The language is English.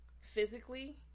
physically